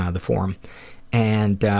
ah the forum and